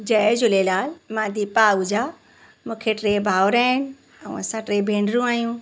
जय झूलेलाल मां दीपा आहूजा मूंखे टे भाउर आहिनि ऐं असां टे भेनरूं आहियूं